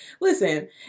listen